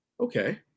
okay